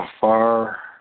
far